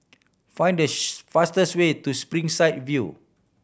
find the fastest way to Springside View